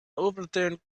overturned